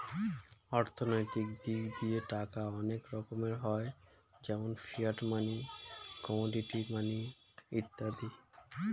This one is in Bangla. অর্থনৈতিক দিক দিয়ে টাকা অনেক রকমের হয় যেমন ফিয়াট মানি, কমোডিটি মানি ইত্যাদি